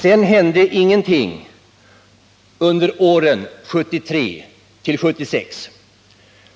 Sedan hände ingenting under åren 1973-1976,